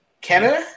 Canada